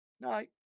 Night